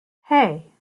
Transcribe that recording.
hey